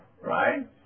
right